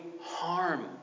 harm